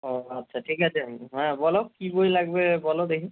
ও আচ্ছা ঠিক আছে হ্যাঁ বলো কী বই লাগবে বলো দেখি